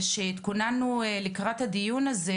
כשהתכוננו לקראת הדיון הזה.